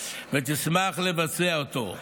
ותשמח לבצע אותה.